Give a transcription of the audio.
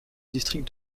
district